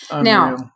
Now